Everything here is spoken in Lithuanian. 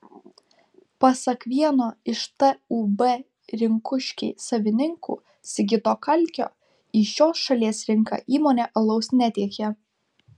pasak vieno iš tūb rinkuškiai savininkų sigito kalkio į šios šalies rinką įmonė alaus netiekia